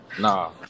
Nah